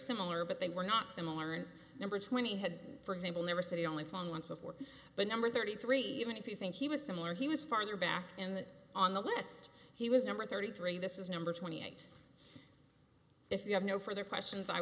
similar but they were not similar in number twenty had for example never said he only found once before but number thirty three even if you think he was similar he was farther back in the on the list he was number thirty three this is number twenty eight if you have no further questions i